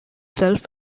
self